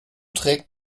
trägt